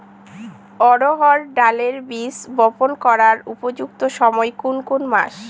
অড়হড় ডালের বীজ বপন করার উপযুক্ত সময় কোন কোন মাস?